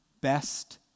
best